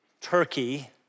Turkey